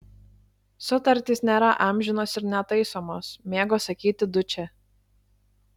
sutartys nėra amžinos ir netaisomos mėgo sakyti dučė